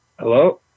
Hello